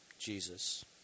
Jesus